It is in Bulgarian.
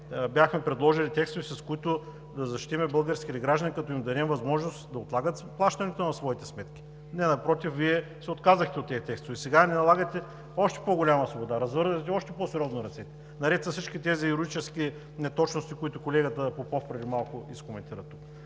бяхме предложили текстове, с които да защитим българските граждани, като им дадем възможност да отлагат плащането на своите сметки. Не, напротив, Вие се отказахте от тези текстове. Сега ни налагате още по-голяма свобода, развързвате още по-сериозно ръцете, наред с всички тези юридически неточности, които колегата Попов преди малко изкоментира тук.